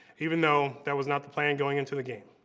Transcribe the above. even though that was not the plan going into the game.